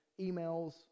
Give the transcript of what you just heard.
emails